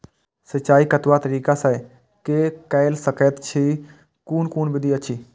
सिंचाई कतवा तरीका स के कैल सकैत छी कून कून विधि अछि?